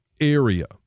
area